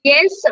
Yes